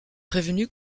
prévenu